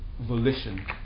volition